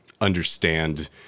understand